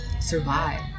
survive